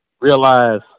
realize